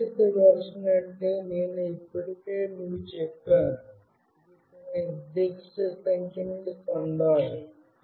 సురక్షిత వెర్షన్ అంటే నేను ఇప్పటికే మీకు చెప్పాను ఇది కొన్ని నిర్దిష్ట సంఖ్య నుండి పొందాలి